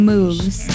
Moves